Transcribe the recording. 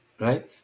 right